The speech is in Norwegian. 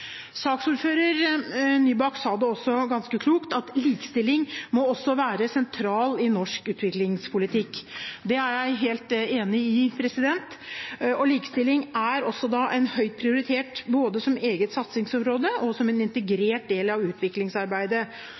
Saksordfører Nybakk sa ganske klokt at likestilling også må være sentralt i norsk utviklingspolitikk. Det er jeg helt enig i. Likestilling er da også høyt prioritert, både som eget satsingsområde og som en integrert del av utviklingsarbeidet.